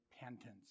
repentance